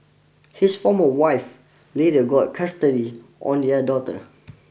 his former wife later got custody on their daughter